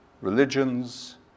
religions